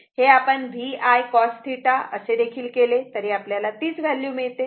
हे आपण V I cos θ असेदेखील केले तरी आपल्याला तीच व्हॅल्यू मिळते